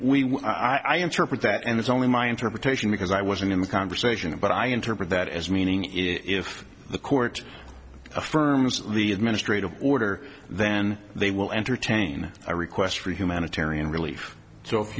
interpret that and it's only my interpretation because i wasn't in the conversation but i interpret that as meaning if the court affirms the administrative order then they will entertain a request for humanitarian relief so if